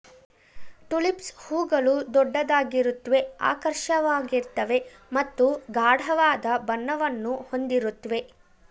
tulips ಹೂಗಳು ದೊಡ್ಡದಾಗಿರುತ್ವೆ ಆಕರ್ಷಕವಾಗಿರ್ತವೆ ಮತ್ತು ಗಾಢವಾದ ಬಣ್ಣವನ್ನು ಹೊಂದಿರುತ್ವೆ